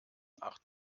acht